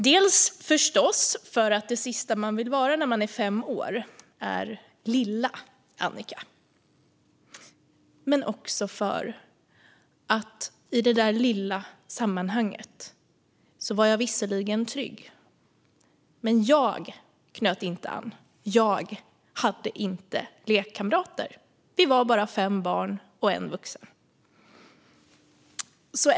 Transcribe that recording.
Dels, förstås, för att det sista man vill vara när man är fem år är lilla Annika, dels för att i det där lilla sammanhanget var jag visserligen trygg men jag knöt inte an. Jag hade inte lekkamrater. Det var bara fem barn och en vuxen.